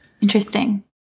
Interesting